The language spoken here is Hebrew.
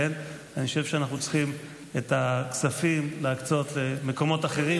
אני חושב שאנחנו צריכים את הכספים להקצות למקומות אחרים.